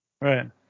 Right